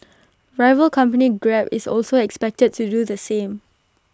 rival company grab is also expected to do the same